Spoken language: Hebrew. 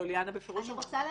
ליאנה בפירוש אמרה